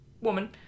woman